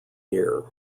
year